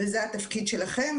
וזה התפקיד שלכם.